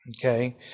Okay